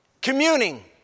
communing